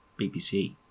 BBC